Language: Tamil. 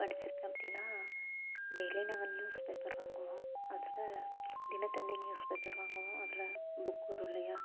படிச்சுருக்கேன் அப்படின்னா டெய்லியும் நாங்கள் நியூஸ் பேப்பர் வாங்குவோம் அதில் தினத்தந்தி நியூஸ் பேப்பர் வாங்குவோம் அதில் புக் வரும் இல்லையா